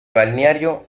balneario